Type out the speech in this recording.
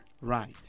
Right